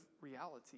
reality